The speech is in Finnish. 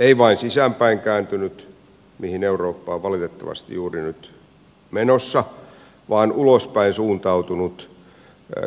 ei vain sisäänpäin kääntynyt mihin eurooppa on valitettavasti juuri nyt menossa vaan ulospäin suuntautunut